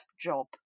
job